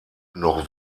noch